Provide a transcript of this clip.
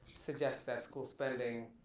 suggested that school spending,